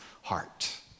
heart